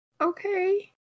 Okay